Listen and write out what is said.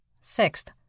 Sixth